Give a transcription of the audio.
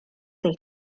del